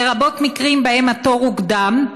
לרבות מקרים שבהם התור הוקדם,